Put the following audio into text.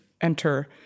enter